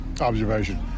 observation